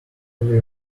every